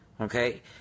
Okay